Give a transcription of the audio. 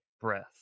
breath